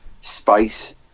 space